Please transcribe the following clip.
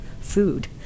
food